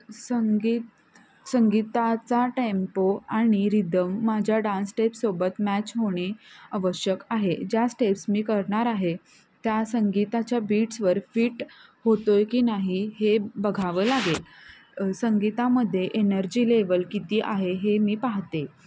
संगीत संगीताचा टेम्पो आणि रिदम माझ्या डान्स स्टेपसोबत मॅच होणे आवश्यक आहे ज्या स्टेप्स मी करणार आहे त्या संगीताच्या बीट्सवर फिट होतो आहे की नाही हे बघावं लागेल संगीतामध्ये एनर्जी लेवल किती आहे हे मी पाहते